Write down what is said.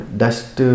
dust